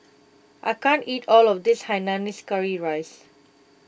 I can't eat all of this Hainanese Curry Rice